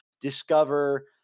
discover